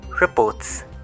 reports